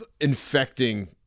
infecting